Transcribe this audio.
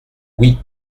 oui